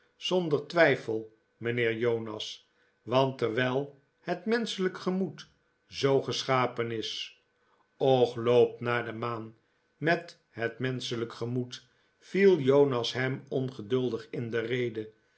zonder twijfel mijnheer jonas want terwijl het menschelijk gemoed zoo geschapen is och loop naar de maan met het menschelijk gemoed viel jonas hem ongeduldig in de rede